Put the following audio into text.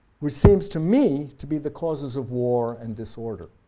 which seems to me to be the causes of war and disorder.